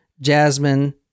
Jasmine